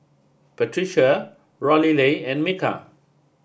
Patricia Lorelei and Micah